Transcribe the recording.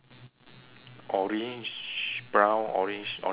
orange brown orange orange ah